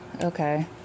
Okay